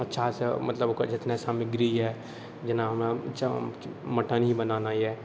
अहाँ अच्छासँ मतलब ओकरालए जतना सामग्री अइ जेना हमरा मटन ही बनाना अइ